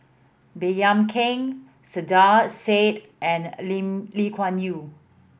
Baey Yam Keng Saiedah Said and Lee Kuan Yew